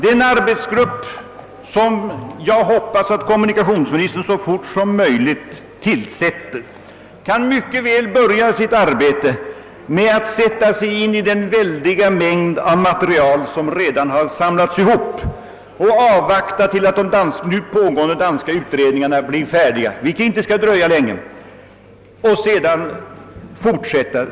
Den arbetsgrupp, som jag hoppas att kommunikationsministern snarast möjligt tillsätter, kan mycket väl börja med att sätta sig in i det omfattande material som redan har samlats ihop och avvakta ytterligare åtgärder tills de nu pågående danska utredningarna blir färdiga, vilket säkert inte kommer att dröja länge.